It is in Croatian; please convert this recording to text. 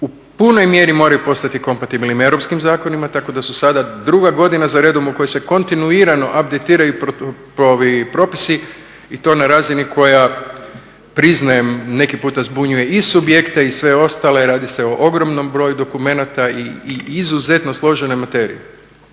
u punoj mjeri moraju postati kompatibilni europskim zakonima tako da su sada druga godina za redom u kojoj se kontinuirano abditiraju propisi i to na razini koja priznajem neki puta zbunjuje i subjekte i sve ostale. Radi se o ogromnom broju dokumenata i izuzetno složenoj materiji.